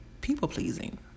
people-pleasing